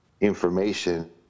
information